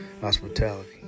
Hospitality